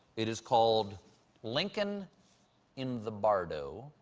it is calls lincoln in the bardo.